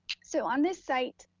so on this site,